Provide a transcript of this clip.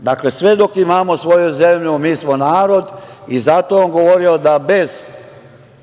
Dakle, sve dok imamo svoju zemlju, mi smo narod i zato je on govorio da bez